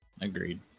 Agreed